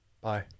Bye